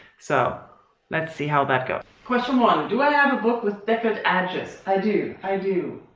so let's see how that goes. question one do i have a book with deckled edges? i do. i do.